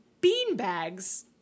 beanbags